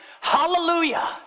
hallelujah